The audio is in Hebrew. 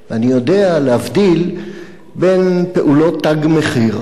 אני יודע להבדיל בין פעולות "תג מחיר",